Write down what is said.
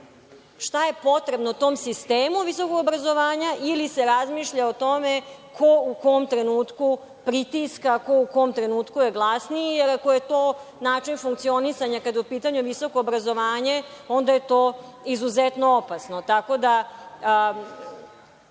šta je potrebno tom sistemu visokog obrazovanja ili se razmišlja o tome ko u kom trenutku pritiska, ko u kom trenutku je glasniji jer ako je to način funkcionisanja kada je u pitanju visoko obrazovanje, onda je to izuzetno opasno.